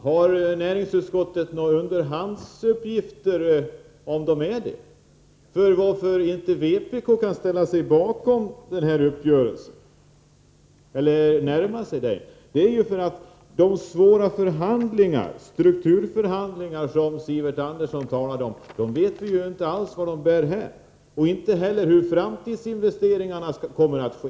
Har näringsutskottet några underhandsuppgifter som visar att det är så? Anledningen till att vpk inte kan ställa sig bakom uppgörelsen är ju att vi inte alls vet vart de svåra strukturförhandlingar som Sivert Andersson talade om bär hän eller hur framtidsinvesteringarna kommer att ske.